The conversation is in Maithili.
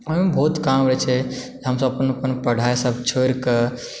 आन बहुत काम रहैत छै हमसभ अपन अपन पढाइसभकेँ छोड़िके